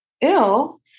ill